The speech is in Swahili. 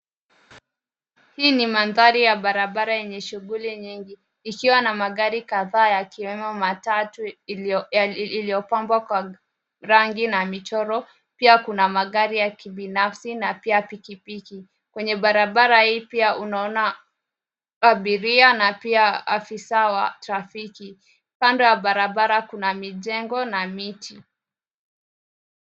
Hii ni mandhari ya barabara yenye shughuli nyingi. Ikiwa na magari kadhaa yakiwemo matatu iliyopambwa kwa rangi na michoro, pia kuna magari ya kibinafsi na pia pikipiki. Kwenye barabara hii pia unaona abiria na pia afisa wa trafiki. Kando ya barabara kuna mijengo na miti.